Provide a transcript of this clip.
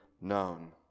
known